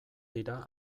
dira